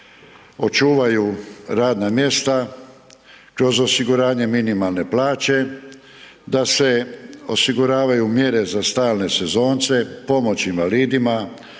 očuvaju radna mjesta kroz osiguranje minimalne plaće, da se osiguravaju mjere za stalne sezonce, pomoć invalidima,